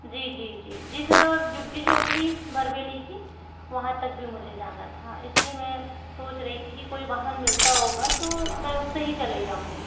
जी जी जी जी सर और जुग्गी झोपड़ी भरवेली की वहाँ तक भी मुझे जाना था इसलिए मैं सोच रही थी कि कोई वाहन मिलता होगा तो मैं उससे ही चले जाऊँगी